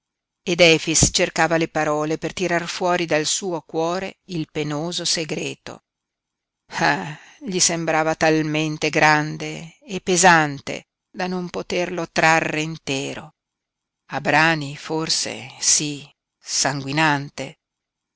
ed efix cercava le parole per trar fuori dal suo cuore il penoso segreto ah gli sembrava talmente grande e pesante da non poterlo trarre intero a brani forse sí sanguinante